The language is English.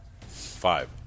Five